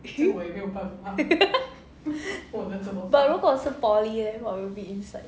but 如果 is poly leh what will be inside